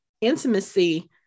intimacy